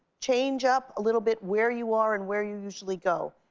change up a little bit where you are and where you usually go.